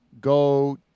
go